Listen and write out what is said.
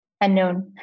unknown